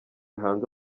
hanze